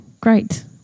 great